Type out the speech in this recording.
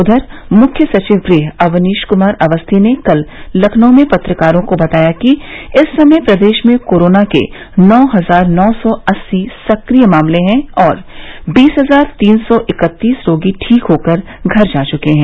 अपर मुख्य सचिव गृह अवनीश कुमार अवस्थी ने कल लखनऊ में पत्रकारों को बताया कि इस समय प्रदेश में कोरोना के नौ हजार नौ सौ अस्सी सक्रिय मामले हैं और बीस हजार तीन सौ इकत्तीस रोगी ठीक होकर घर जा चुके हैं